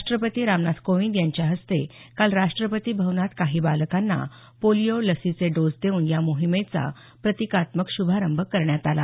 राष्ट्रपती रामनाथ कोविंद यांच्या हस्ते काल राष्ट्रपती भवनात काही बालकांना पोलिओ लसीचे डोस देऊन या मोहिमेचा प्रतिकात्मक श्रभारंभ करण्यात आला